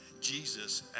Jesus